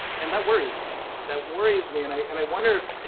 and that worries me, that worries me. and i and i wonder if,